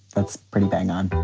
that's pretty bang on